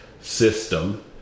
system